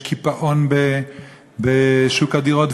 יש קיפאון בשוק הדירות,